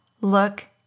look